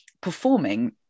performing